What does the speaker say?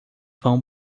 vão